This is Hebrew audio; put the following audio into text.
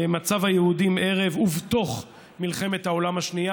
למצב היהודים ערב ובתוך מלחמת העולם השנייה,